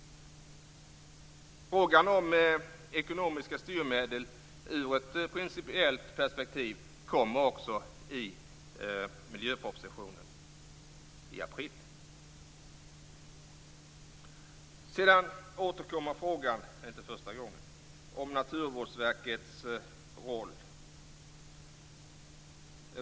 Frågan om ekonomiska styrmedel i ett principiellt perspektiv tas också upp i miljöpropositionen i april. Det är inte första gången som frågan om Naturvårdsverkets roll återkommer.